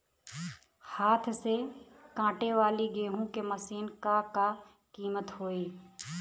हाथ से कांटेवाली गेहूँ के मशीन क का कीमत होई?